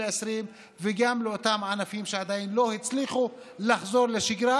20 וגם לאותם ענפים שעדיין לא הצליחו לחזור לשגרה,